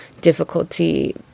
difficulty